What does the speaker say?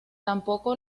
tampoco